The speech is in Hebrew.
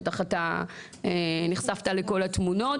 בטח אתה נחשפת לכל התמונות,